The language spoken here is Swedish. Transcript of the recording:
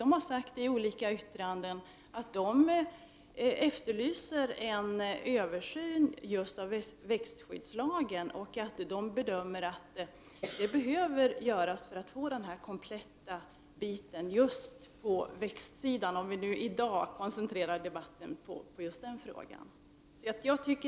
Man har från naturvårdsverket i olika yttranden sagt att man efterlyser en översyn av just växtskyddslagen och att man bedömer en sådan vara nödvändig för att lagen skall bli komplett på växtsidan. Vi kan ju i dag koncentrera debatten på just frågan om växterna.